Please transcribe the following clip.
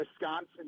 Wisconsin